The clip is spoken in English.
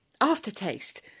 aftertaste